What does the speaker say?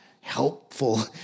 helpful